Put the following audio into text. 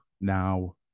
now